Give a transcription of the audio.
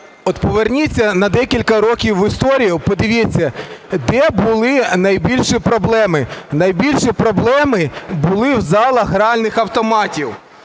от поверніться на декілька років в історію і подивіться, де були найбільші проблеми – найбільші проблеми були в залах гральних автоматів.